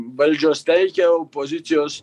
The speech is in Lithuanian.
valdžios teikia opozicijos